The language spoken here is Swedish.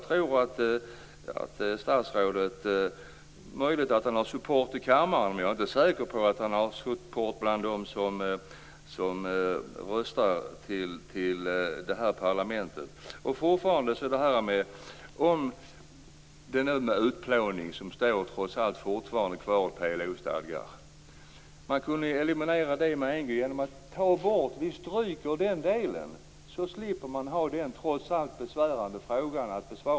Det är möjligt att statsrådet har support i kammaren, men jag är inte säker på att han har support bland dem som röstar i parlamentsvalet. Ordet utplåning står trots allt fortfarande kvar i PLO:s stadgar. Man skulle kunna stryka den delen på en gång. Då slipper man besvara den trots allt besvärande frågan.